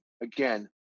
Again